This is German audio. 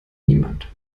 niemand